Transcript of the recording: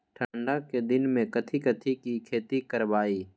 ठंडा के दिन में कथी कथी की खेती करवाई?